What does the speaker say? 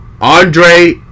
Andre